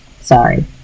sorry